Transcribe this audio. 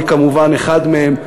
אני כמובן אחד מהם.